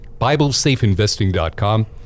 biblesafeinvesting.com